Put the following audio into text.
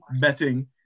betting